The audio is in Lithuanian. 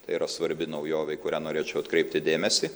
tai yra svarbi naujovė į kurią norėčiau atkreipti dėmesį